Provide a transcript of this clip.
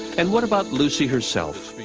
and what about lucy herself?